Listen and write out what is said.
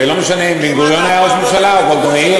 זה לא משנה אם בן-גוריון היה ראש ממשלה או גולדה מאיר,